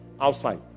outside